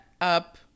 up